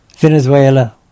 Venezuela